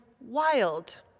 wild